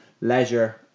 leisure